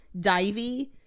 divey